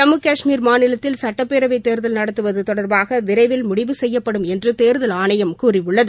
ஜம்மு கஷ்மீர் மாநிலத்தில் சுட்டப்பேரவை தேர்தல் நடத்துவது தொடர்பாக விரைவில் முடிவு செய்யப்படும் என்று தேர்தல் ஆணையம் கூறியுள்ளது